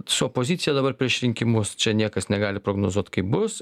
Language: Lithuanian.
su opozicija dabar prieš rinkimus čia niekas negali prognozuot kaip bus